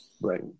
right